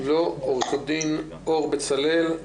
עורך הדין אור בצלאל,